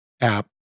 app